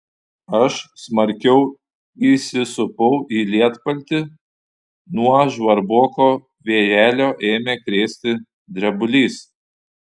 aš smarkiau įsisupau į lietpaltį nuo žvarboko vėjelio ėmė krėsti drebulys